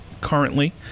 currently